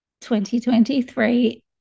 2023